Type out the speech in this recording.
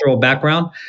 background